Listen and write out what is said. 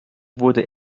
wurde